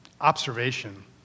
observation